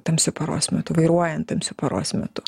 tamsiu paros metu vairuojant tamsiu paros metu